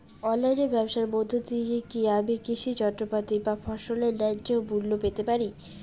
অনলাইনে ব্যাবসার মধ্য দিয়ে কী আমি কৃষি যন্ত্রপাতি বা ফসলের ন্যায্য মূল্য পেতে পারি?